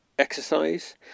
exercise